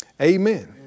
Amen